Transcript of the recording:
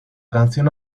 canción